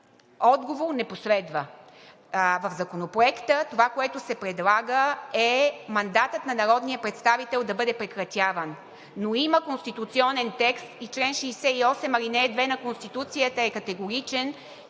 Отговор не последва. В Законопроекта това, което се предлага, е мандатът на народния представител да бъде прекратяван, но има конституционен текст и чл. 68, ал. 2 на Конституцията е категоричен,